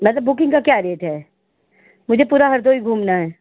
मतलब बुकिंग का क्या रेट है मुझे पूरा हरदोई घूमना है